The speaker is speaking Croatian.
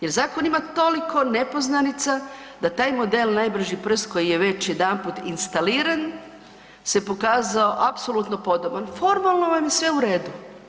Jer zakon ima toliko nepoznanica da taj model najbrži prst koji je već jedanput instaliran se pokazao apsolutno podoban, formalno vam je sve u redu.